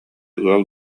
ыал